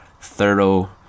thorough